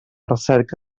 recerca